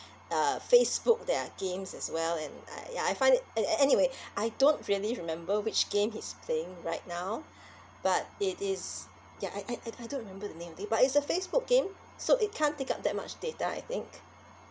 uh facebook there are games as well and uh ya I find it and anyway I don't really remember which game he's playing right now but it is ya I I I I don't remember the name really but it's a facebook game so it can't take up that much data I think